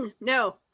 No